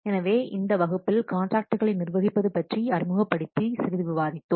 எனவே இந்த வகுப்பில் காண்ட்ராக்ட்களை நிர்வகிப்பது பற்றி அறிமுகப்படுத்தி சிறிது விவாதித்தோம்